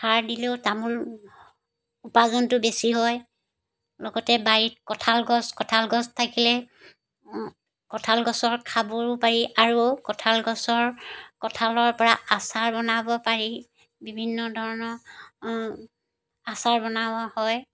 সাৰ দিলেও তামোল উপাৰ্জনটো বেছি হয় লগতে বাৰীত কঁঠাল গছ কঁঠাল গছ থাকিলে কঁঠাল গছৰ খাবও পাৰি আৰু কঁঠাল গছৰ কঁঠালৰ পৰা আচাৰ বনাব পাৰি বিভিন্ন ধৰণৰ আচাৰ বনাব হয়